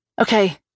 Okay